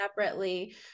separately